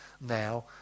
now